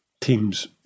teams